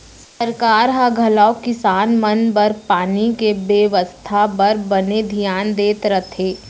सरकार ह घलौक किसान मन बर पानी के बेवस्था बर बने धियान देत रथे